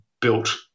built